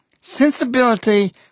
sensibility